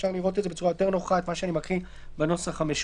אפשר לראות את מה שאני מקריא בצורה יותר נוחה בנוסח המשולב.